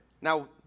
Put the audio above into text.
Now